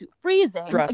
freezing